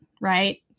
right